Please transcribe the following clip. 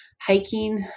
hiking